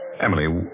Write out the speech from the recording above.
Emily